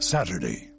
Saturday